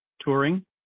Touring